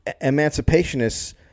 emancipationists